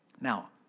now